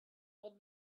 old